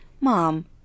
Mom